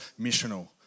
missional